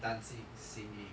dancing singing